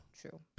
true